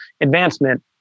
advancement